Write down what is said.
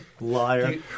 Liar